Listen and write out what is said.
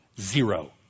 Zero